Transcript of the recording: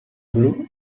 blu